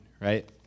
right